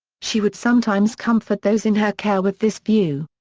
she would sometimes comfort those in her care with this view.